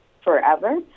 forever